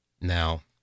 now